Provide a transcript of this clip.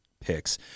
picks